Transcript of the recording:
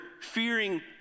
fearing